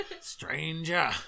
Stranger